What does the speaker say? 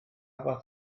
fath